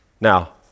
Now